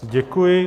Děkuji.